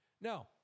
no